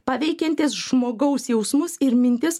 paveikiantis žmogaus jausmus ir mintis